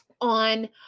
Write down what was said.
on